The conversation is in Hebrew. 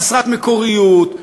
חסרת מקוריות,